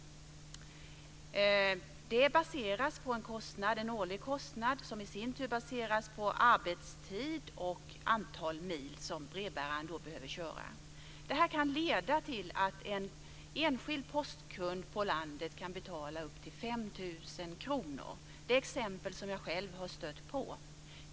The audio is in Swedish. Det baseras på en årlig kostnad, som i sin tur baseras på arbetstid och det antal mil som brevbäraren behöver köra. Detta kan leda till att en enskild postkund på landet får betala upp till 5 000 kr. Det är ett exempel som jag själv har stött på.